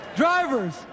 Drivers